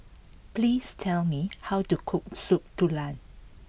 please tell me how to cook Soup Tulang